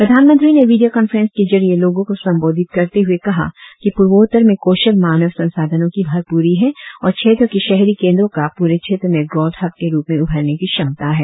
प्रधानमंत्री ने video conference के जरिए लोगों को संबोधित करते हुए कहा कि पूर्वोत्तर में कौशल मानव संसाधनों की भरपूरी है और क्षेत्र के शहरी केंद्रों का पूरे क्षेत्र में ग्रोथ हब के रुप में उभरने की क्षमता है